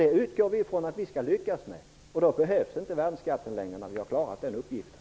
Vi utgår från att vi skall lyckas med den saken. När vi har klarat den uppgiften behövs inte längre värnskatten.